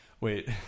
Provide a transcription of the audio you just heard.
Wait